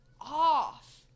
off